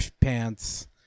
pants